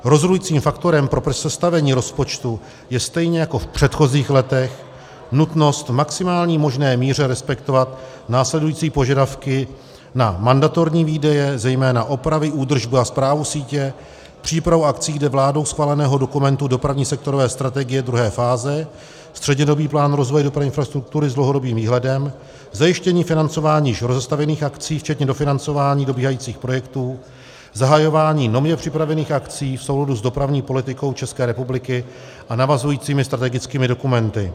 Rozhodujícím faktorem pro sestavení rozpočtu je stejně jako v předchozích letech nutnost v maximální možné míře respektovat následující požadavky na mandatorní výdaje, zejména opravy, údržbu a správu sítě, přípravu akcí dle vládou schváleného dokumentu Dopravní sektorové strategie, 2. fáze střednědobý plán rozvoje dopravní infrastruktury s dlouhodobým výhledem, zajištění financování již rozestavěných akcí včetně dofinancování dobíhajících projektů, zahajování nově připravených akcí v souladu s dopravní politikou České republiky a navazujícími strategickými dokumenty.